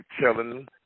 chilling